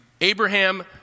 Abraham